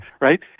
Right